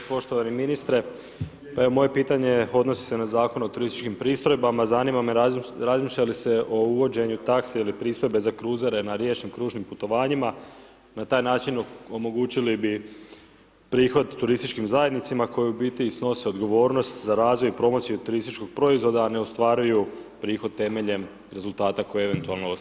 Poštovani ministre, evo moje pitanje odnosi se na Zakon o turističkim pristojbama, zanima me razmišlja li se o uvođenju takse ili pristojbe za kruzere na riječnim kružnim putovanjima, na taj način omogućili bi prihod turističkim zajednicama koje u biti snose o0dgovornost za razvoj i promociju turističkom proizvoda a ne ostvaruju prihod temeljem rezultata koje eventualno ostvare.